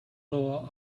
law